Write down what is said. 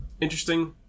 interesting